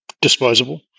disposable